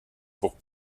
pour